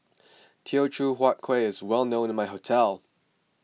Teochew Huat Kueh is well known in my hometown